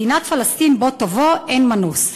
מדינת פלסטין בוא תבוא, אין מנוס.